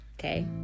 Okay